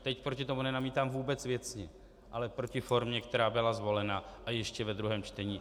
Teď proti tomu nenamítám vůbec věcně, ale proti formě, která byla zvolena, a ještě ve druhém čtení.